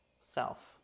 self